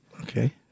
Okay